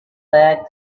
lead